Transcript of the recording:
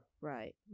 Right